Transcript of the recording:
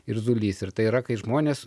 irzulys ir tai yra kai žmonės